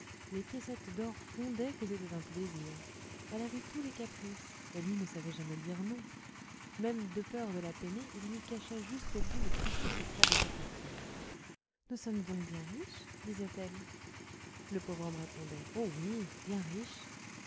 les piécettes d'or fondaient que c'était un plaisir elle avait tous les caprices et lui ne savait jamais dire non même de peur de la peiner il lui cacha jusqu'au bout le triste secret de sa fortune nous sommes donc bien riches disait-elle le pauvre homme répondait oh oui bien riches